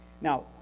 Now